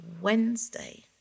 Wednesday